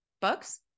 books